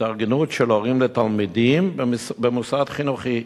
התארגנות של הורים לתלמידים במוסד חינוכי,